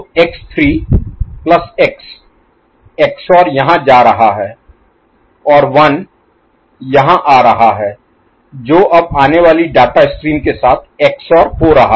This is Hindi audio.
g x3 x 1 तो x3 प्लस x XOR यहाँ जा रहा है और 1 यहाँ आ रहा है जो अब आने वाली डाटा स्ट्रीम के साथ XOR हो रहा है